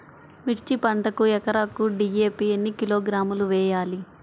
మిర్చి పంటకు ఎకరాకు డీ.ఏ.పీ ఎన్ని కిలోగ్రాములు వేయాలి?